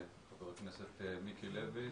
חבר הכנסת מיקי לוי,